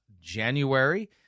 January